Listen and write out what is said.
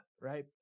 Right